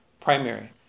primary